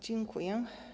Dziękuję.